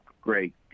Great